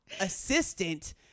assistant